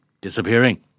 disappearing